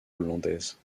hollandaise